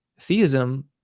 theism